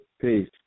Peace